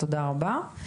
תודה רבה.